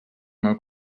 mal